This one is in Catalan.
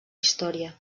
història